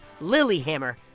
Lilyhammer